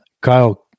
Kyle